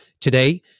Today